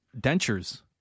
dentures